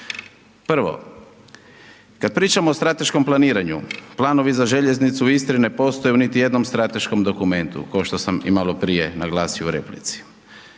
Prvo kad pričamo o strateškom planiranju, planovi za željeznicu u Istri ne postoje niti u jednom strateškom dokumentu ko što sam i malo prije naglasio u replici.